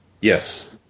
Yes